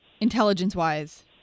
intelligence-wise